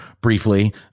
briefly